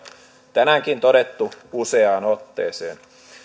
tänäänkin todettu useaan otteeseen